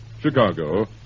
Chicago